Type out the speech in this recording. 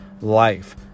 life